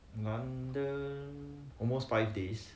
london almost five days